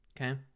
Okay